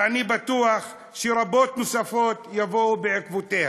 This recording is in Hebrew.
ואני בטוח שרבות נוספות יבואו בעקבותיה.